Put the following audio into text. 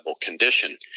condition